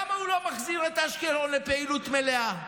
למה הוא לא מחזיר את אשקלון לפעילות מלאה?